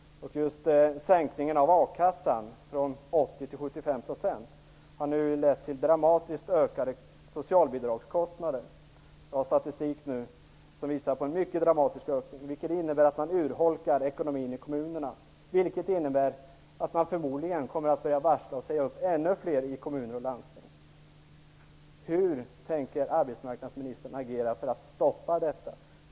Sänkningen av a-kassan från 80 till 75 % har nu lett till dramatiskt ökade socialbidragskostnader. Det finns statistik som visar på en mycket dramatisk ökning. Detta innebär att man urholkar ekonomin i kommunerna, vilket i sin tur innebär att kommuner och landsting förmodligen kommer att börja varsla och säga upp ännu fler. Hur tänker arbetsmarknadsministern agera för att stoppa detta?